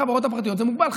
גם החברות הפרטיות, זה מוגבל.